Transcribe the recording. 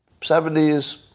70s